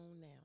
now